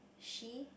she